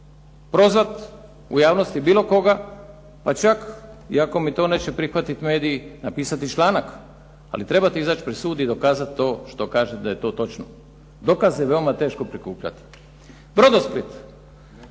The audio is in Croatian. prozvati u javnosti bilo koga, pa čak i ako mi to neće prihvatiti mediji napisati članak. Ali trebate izaći pred sud i dokazati to što kažete da je to točno. Dokaze je veoma teško prikupljati. "Brodosplit",